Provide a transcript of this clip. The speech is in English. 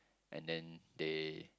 and then they